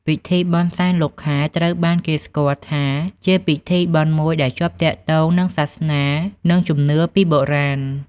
ពិធីបុណ្យសែនលោកខែ ត្រូវបានគេស្គាល់ថាជាពិធីបុណ្យមួយដែលជាប់ទាក់ទងនឹងសាសនា និងជំនឿពីបុរាណ។